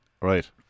Right